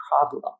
problem